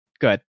Good